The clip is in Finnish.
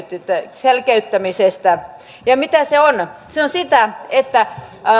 selkeyttämisestä ja mitä se on se on sitä että